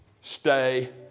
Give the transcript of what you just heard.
Stay